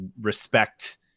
respect